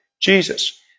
Jesus